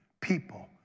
people